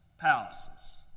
palaces